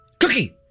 Cookie